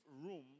room